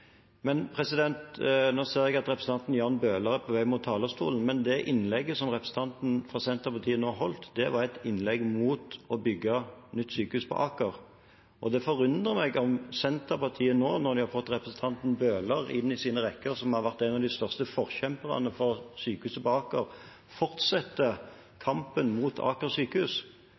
Nå ser jeg at representanten Jan Bøhler er på vei mot talerstolen, men det innlegget som representanten fra Senterpartiet nå holdt, var et innlegg mot å bygge nytt sykehus på Aker. Det forundrer meg om Senterpartiet nå, når de har fått representanten Bøhler inn i sine rekker, som har vært en av de største forkjemperne for sykehuset på Aker, fortsetter kampen mot Aker sykehus.